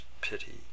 pity